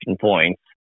points